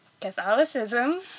Catholicism